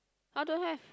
I don't have